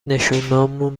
نشونامون